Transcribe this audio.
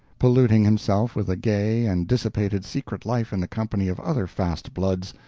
polluting himself with a gay and dissipated secret life in the company of other fast bloods,